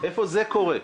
איפה זה קורה?